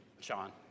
Sean